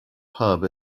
pub